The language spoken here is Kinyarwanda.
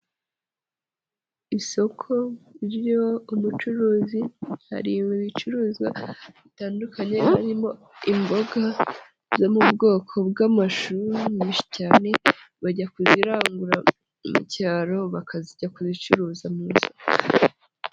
Isoko ririmo umucuruzi hari ibicuruzwa bitandukanye, harimo imboga zo mu bwoko bw'amashu nyinshi cyane, bajya kuzirangura mu cyaro bakazijyana kuzicuruza mu mujyi.